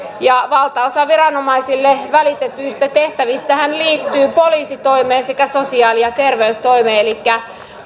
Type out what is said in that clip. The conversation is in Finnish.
valtaosa viranomaisille välitetyistä tehtävistähän liittyy poliisitoimeen sekä sosiaali ja ter veystoimeen elikkä